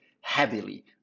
heavily